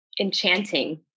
Enchanting